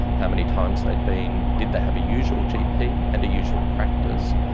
how many times they had been, did they have a usual gp and a usual practice,